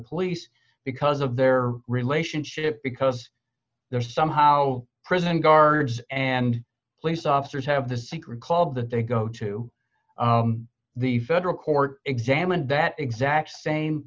police because of their relationship because they're somehow prison guards and police officers have the sick recall that they go to the federal court examined that exact same